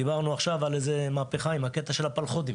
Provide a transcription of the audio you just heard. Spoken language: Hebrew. דיברנו עכשיו על מהפכה בקשר לפלחו"דים.